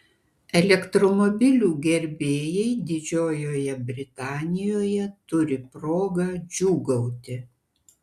elektromobilių gerbėjai didžiojoje britanijoje turi progą džiūgauti